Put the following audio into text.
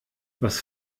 was